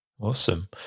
Awesome